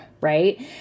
right